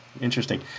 Interesting